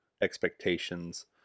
expectations